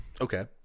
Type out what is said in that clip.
Okay